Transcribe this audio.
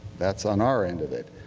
that's on our end of it.